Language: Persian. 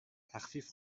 تخفیف